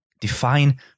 define